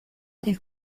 del